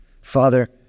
Father